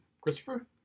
Christopher